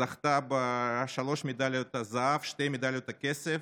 היא זכתה בשלוש מדליות זהב, שתי מדליות כסף